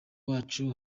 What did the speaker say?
wacu